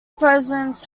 presidents